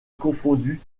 confondu